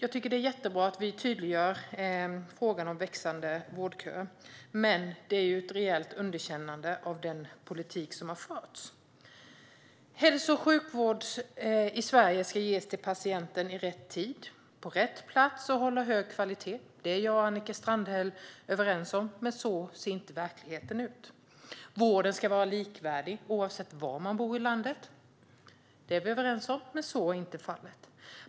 Det är jättebra att vi tydliggör frågan om växande vårdköer, men det är ju ett rejält underkännande av den politik som har förts. Hälso och sjukvård i Sverige ska ges till patienten i rätt tid, på rätt plats och hålla hög kvalitet. Detta är jag och Annika Strandhäll överens om, men så ser inte verkligheten ut. Vården ska vara likvärdig, oavsett var man bor i landet. Det är vi överens om, men så är inte fallet.